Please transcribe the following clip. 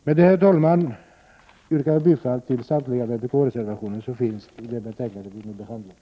Med detta, herr talman, yrkar jag bifall till samtliga vpk-reservationer som fogats till det betänkande vi nu behandlar.